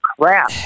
crap